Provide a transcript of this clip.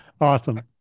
Awesome